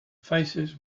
faces